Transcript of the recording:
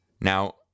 Now